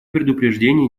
предупреждение